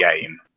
game